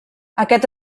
aquest